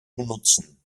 benutzen